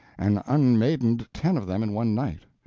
and unmaidened ten of them in one night,